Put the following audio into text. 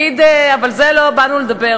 ותפקיד, אבל לא על זה באנו לדבר.